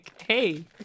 hey